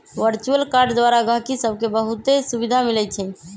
virtual card द्वारा गहकि सभके बहुते सुभिधा मिलइ छै